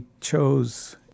chose